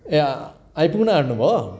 ए आइपुग्नु आँट्नु भयो